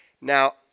Now